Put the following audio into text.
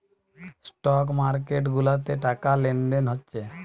stock market গুলাতে টাকা লেনদেন হচ্ছে